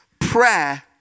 prayer